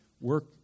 work